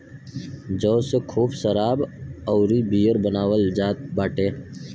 जौ से खूब शराब अउरी बियर बनावल जात बाटे